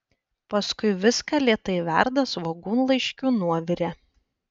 paskui viską lėtai verda svogūnlaiškių nuovire